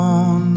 on